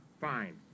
fine